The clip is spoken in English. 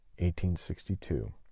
1862